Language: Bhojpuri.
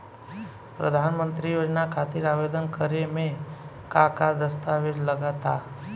प्रधानमंत्री योजना खातिर आवेदन करे मे का का दस्तावेजऽ लगा ता?